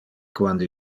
quando